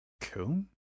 Cool